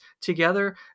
together